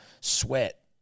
sweat